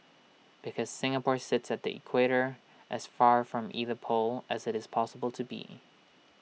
because Singapore sits at the equator as far from either pole as IT is possible to be